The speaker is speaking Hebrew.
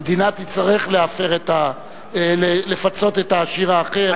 המדינה תצטרך לפצות את העשיר האחר.